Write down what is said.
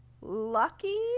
lucky